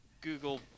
Google